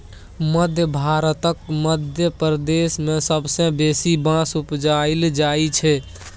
मध्य भारतक मध्य प्रदेश मे सबसँ बेसी बाँस उपजाएल जाइ छै